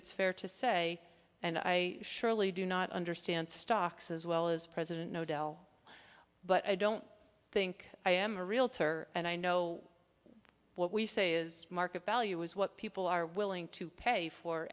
it's fair to say and i surely do not understand stocks as well as president no del but i don't think i am a realtor and i know what we say is market value is what people are willing to pay for